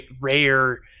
rare